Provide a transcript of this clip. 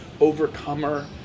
overcomer